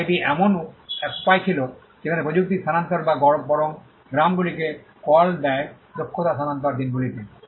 এবং এটি এমন এক উপায় ছিল যেখানে প্রযুক্তি স্থানান্তর বা বরং গ্রামগুলিকে কল দেয় দক্ষতা স্থানান্তর দিনগুলিতে